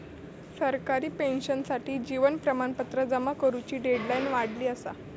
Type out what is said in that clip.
सरकारी पेंशनर्ससाठी जीवन प्रमाणपत्र जमा करुची डेडलाईन वाढवली असा